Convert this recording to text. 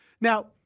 Now